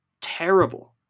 terrible